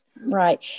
right